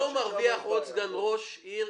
הוא לא מרוויח עוד סגן ראש עיר,